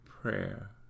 prayer